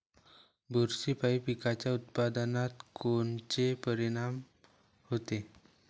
बुरशीपायी पिकाच्या उत्पादनात कोनचे परीनाम होते?